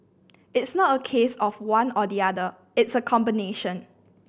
it's not a case of one or the other it's a combination